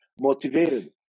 motivated